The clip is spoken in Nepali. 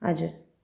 हजुर